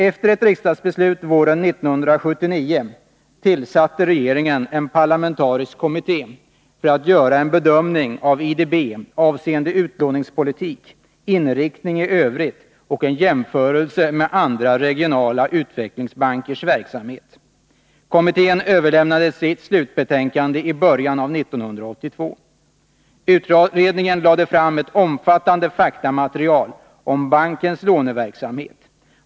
Efter ett riksdagsbeslut våren 1979 tillsatte regeringen en parlamentarisk kommitté för att göra en bedömning av IDB avseende utlåningspolitik, inriktning i övrigt och en jämförelse med andra regionala utvecklingsbankers verksamhet. Kommittén överlämnade sitt slutbetänkande i början av 1982. Utredningen lade fram ett omfattande faktamaterial om bankens låneverksamhet.